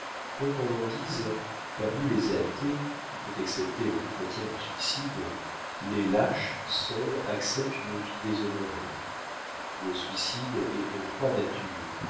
quoi qu'on en dise parmi les athées il faut excepter le chrétien du suicide les lâches seuls acceptent une vie déshonorée le suicide est de trois natures